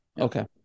Okay